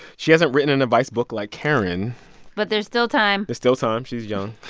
she hasn't written an advice book like karen but there's still time there's still time. she's young.